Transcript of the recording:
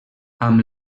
amb